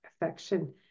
affection